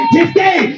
Today